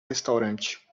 restaurante